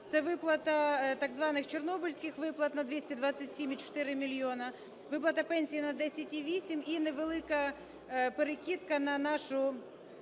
це виплата так званих чорнобильських виплат на 227,4 мільйона, виплата пенсій на 10,8 і невелика перекидка на нашу